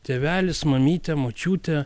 tėvelis mamytė močiutė